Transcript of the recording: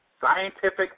scientific